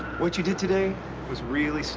what you did today was really so